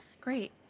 Great